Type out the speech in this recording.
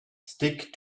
stick